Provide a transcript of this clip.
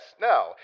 now